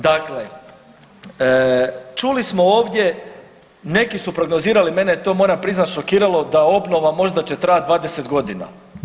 Dakle, čuli smo ovdje, neki su prognozirali, mene je moram priznati šokiralo da obnova možda će trajati 20 godina.